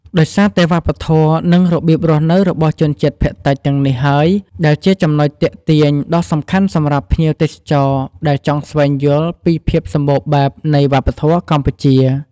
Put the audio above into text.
ដោយសារតែវប្បធម៌ និងរបៀបរស់នៅរបស់ជនជាតិភាគតិចទាំងនេះហើយដែលជាចំណុចទាក់ទាញដ៏សំខាន់សម្រាប់ភ្ញៀវទេសចរដែលចង់ស្វែងយល់ពីភាពសម្បូរបែបនៃវប្បធម៌កម្ពុជា។